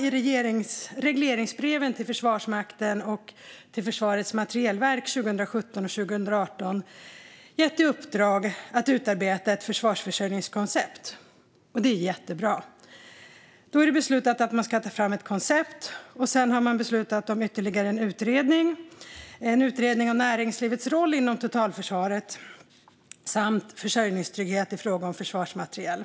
I regleringsbreven till Försvarsmakten och Försvarets materielverk 2017 och 2018 har man i alla fall gett i uppdrag att utarbeta ett försvarsförsörjningskoncept. Det är jättebra. Då är det beslutat att ett koncept ska tas fram, och sedan har man beslutat om ytterligare en utredning, nämligen av näringslivets roll inom totalförsvaret samt försörjningstrygghet i fråga om försvarsmateriel.